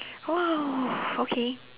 !wow! okay